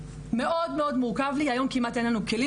מאוד מורכב לי היום כמעט אין לנו כלים